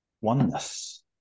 oneness